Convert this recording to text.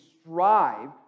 strive